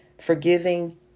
forgiving